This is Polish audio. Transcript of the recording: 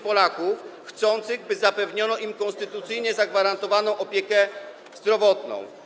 Polaków chcących, by zapewniono im konstytucyjnie zagwarantowaną opiekę zdrowotną.